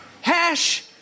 hash